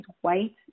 white